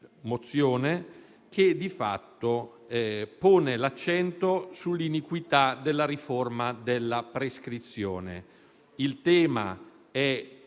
mozione che di fatto pone l'accento sull'iniquità della riforma della prescrizione. Il tema è